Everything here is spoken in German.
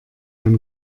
ein